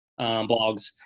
blogs